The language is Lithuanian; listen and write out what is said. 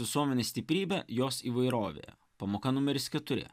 visuomenės stiprybė jos įvairovė pamoka numeris keturi